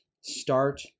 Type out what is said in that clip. start